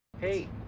Hey